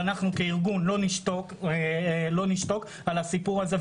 ואנחנו כארגון לא נשתוק על הסיפור הזה.